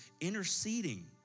interceding